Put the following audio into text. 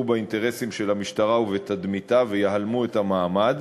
באינטרסים של המשטרה ובתדמיתה ויהלמו את המעמד,